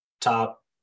top